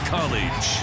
College